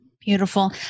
Beautiful